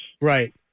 Right